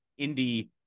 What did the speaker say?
indie